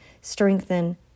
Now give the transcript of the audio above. strengthen